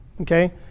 Okay